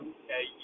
okay